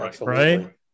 right